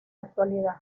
actualidad